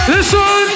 Listen